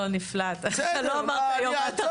לא, אתה נפלא, אתה לא אמרת היום מה אתה חושב.